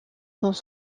dans